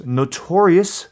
notorious